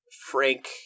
Frank